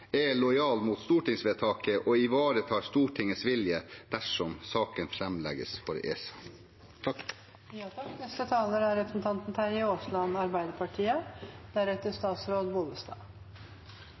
er lojal mot stortingsvedtaket og ivaretar Stortingets vilje dersom saken framlegges for ESA.